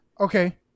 Okay